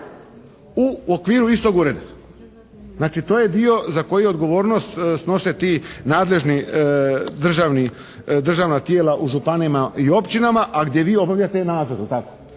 u okviru istog ureda. Znači to je dio za koji odgovornost snose ti nadležni državna tijela u županijama i općinama a gdje vi obavljate nadzor, je